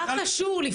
מה קשור?